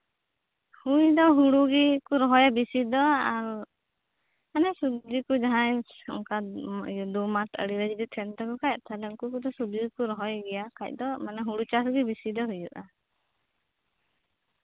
ᱦᱩᱭ ᱫᱚ ᱦᱩᱲᱩ ᱜᱮᱠᱚ ᱨᱚᱦᱚᱭᱟ ᱵᱮᱥᱤ ᱫᱚ ᱟᱨ ᱢᱟᱱᱮ ᱥᱚᱵᱡᱤ ᱠᱚ ᱡᱟᱦᱟᱸᱭ ᱫᱩᱢᱟᱥ ᱟᱲᱮᱨᱮ ᱡᱚᱫᱤ ᱛᱟᱦᱮᱱ ᱛᱟᱠᱚ ᱠᱷᱟᱱ ᱛᱟᱦᱚᱞᱮ ᱡᱚᱫᱤ ᱢᱟᱱᱮ ᱩᱱᱠᱩ ᱠᱚᱫᱚ ᱥᱚᱵᱡᱤ ᱫᱚᱠᱚ ᱨᱚᱦᱚᱭ ᱜᱮᱭᱟ ᱵᱟᱠᱷᱟᱱ ᱫᱚ ᱦᱩᱲᱩ ᱪᱟᱥ ᱜᱮ ᱵᱮᱥᱤ ᱫᱚ ᱦᱩᱭᱩᱜᱼᱟ